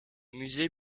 musée